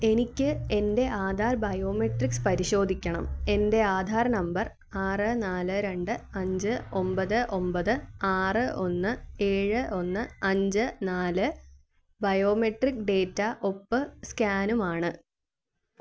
എനിക്ക് എന്റെ ആധാർ ബയോമെട്രിക്സ് പരിശോധിക്കണം എൻ്റെ ആധാർ നമ്പർ ആറ് നാല് രണ്ട് അഞ്ച് ഒമ്പത് ഒമ്പത് ആറ് ഒന്ന് ഏഴ് ഒന്ന് അഞ്ച് നാല് ബയോമെട്രിക് ഡാറ്റ ഒപ്പ് സ്കാനുമാണ്